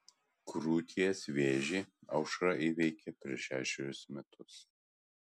krūties vėžį aušra įveikė prieš šešerius metus